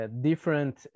different